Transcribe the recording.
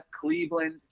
Cleveland